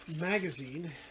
magazine